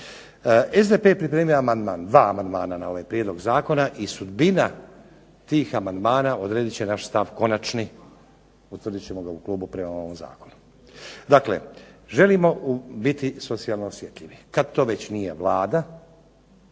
SDP je pripremio dva amandmana na ovaj prijedlog zakona i sudbina tih amandmana odredit će naš stav konačni, utvrdit ćemo ga u klubu prema ovom zakonu. Dakle, želimo biti socijalno osjetljivi. Kad to već nije Vlada,